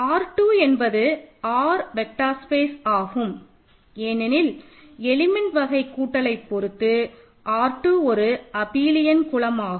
R 2 என்பது R vector space ஆகும் ஏனெனில் எலிமெண்ட் வகை கூட்டலை பொருத்து R 2 ஒரு அபிலியன் குலமாகும்